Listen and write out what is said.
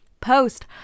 post